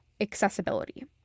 accessibility